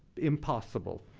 impossible.